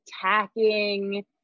attacking